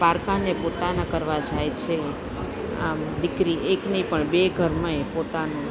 પારકાને પોતાના કરવા જાય છે આમ દીકરી એક નહીં પણ બે ઘરમાંએ પોતાનું